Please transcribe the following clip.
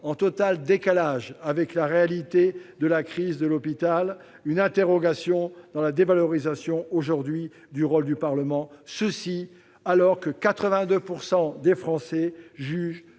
en total décalage avec la réalité de la crise de l'hôpital, une interrogation sur la dévalorisation du rôle du Parlement. Pourtant, 82 % des Français jugent